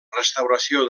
restauració